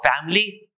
family